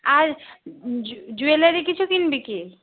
আর jewellery কিছু কিনবি কি